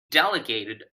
delegated